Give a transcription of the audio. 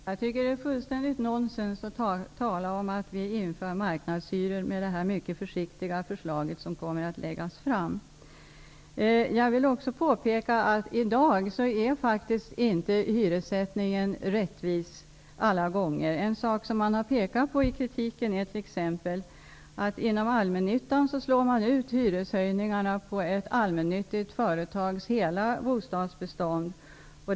Fru talman! Jag tycker att det är fullständigt nonsens att tala om att vi genom det här mycket försiktiga förslaget som kommer att läggas fram skulle införa marknadshyror. Jag vill också påpeka att hyressättningen i dag faktiskt inte är rättvis alla gånger. Ett faktum som man har pekat på i kritiken är t.ex. att hyreshöjningarna inom allmännyttan slås ut på ett allmännyttigt företags hela bostadsbestånd.